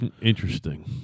Interesting